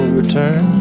return